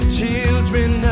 Children